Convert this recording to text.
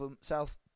South